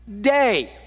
day